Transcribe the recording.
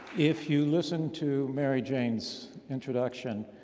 if you listen to mary-jane's introduction,